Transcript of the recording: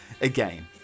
Again